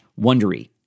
Wondery